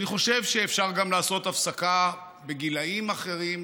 אני חושב שאפשר לעשות הפסקה גם בגילים אחרים.